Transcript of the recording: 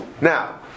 Now